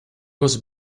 was